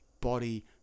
body